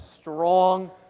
strong